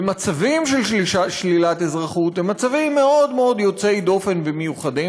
ומצבים של שלילת אזרחות הם מצבים מאוד מאוד יוצאי דופן ומיוחדים,